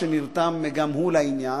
שנרתם גם הוא לעניין,